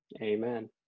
amen